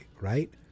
right